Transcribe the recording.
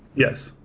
yes.